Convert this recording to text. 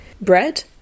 bread